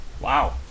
wow